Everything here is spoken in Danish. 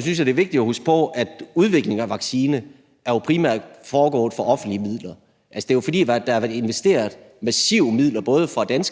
synes jeg, det er vigtigt at huske på, at udviklingen af en vaccine jo primært er foregået for offentlige midler. Altså, det er jo, fordi der har været investeret massive midler, både af den